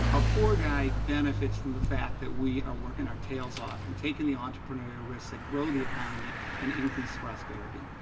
a poor guy benefits from the fact that we are working our tails over and taking the entrepreneurial risks and grow the economy and increase prosperity.